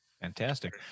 Fantastic